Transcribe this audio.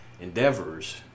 endeavors